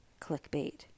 clickbait